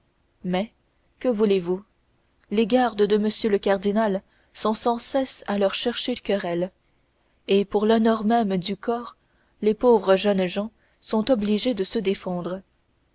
mais que voulezvous les gardes de m le cardinal sont sans cesse à leur chercher querelle et pour l'honneur même du corps les pauvres jeunes gens sont obligés de se défendre